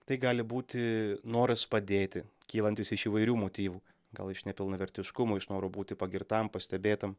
tai gali būti noras padėti kylantis iš įvairių motyvų gal iš nepilnavertiškumo iš noro būti pagirtam pastebėtam